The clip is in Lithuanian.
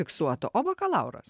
fiksuotą o bakalauras